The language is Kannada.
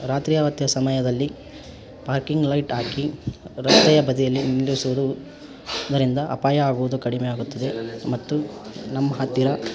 ರಾತ್ರಿಯ ಹೊತ್ತಿ ಸಮಯದಲ್ಲಿ ಪಾರ್ಕಿಂಗ್ ಲೈಟ್ ಹಾಕಿ ರಸ್ತೆಯ ಬದಿಯಲ್ಲಿ ನಿಲ್ಲಿಸುವುದರಿಂದ ಅಪಾಯ ಆಗುವುದು ಕಡಿಮೆ ಆಗುತ್ತದೆ ಮತ್ತು ನಮ್ಮ ಹತ್ತಿರ